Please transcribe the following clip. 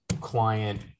Client